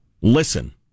listen